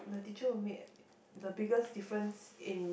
the teacher who made the biggest difference in